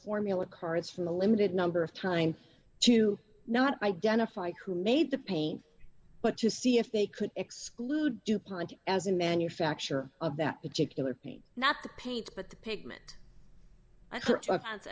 formula cards from the limited number of time to not identify who made the pain but to see if they could exclude dupont as a manufacturer of that particular pain not the paint but the pigment